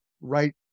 right